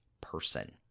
person